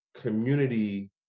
community